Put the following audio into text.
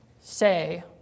say